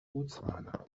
botswana